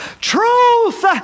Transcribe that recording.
Truth